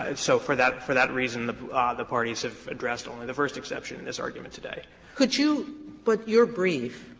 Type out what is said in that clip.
and so for that for that reason the the parties have addressed only the first exception in this argument today. sotomayor could you but your brief,